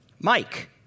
Mike